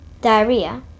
diarrhea